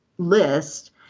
list